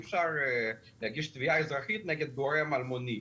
אפשר להגיש תביעה אזרחית נגד גורם אלמוני.